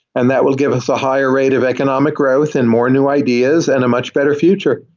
and that will give us a higher rate of economic growth and more new ideas and a much better future.